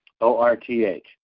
O-R-T-H